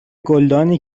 گلدانی